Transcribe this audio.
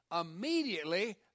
immediately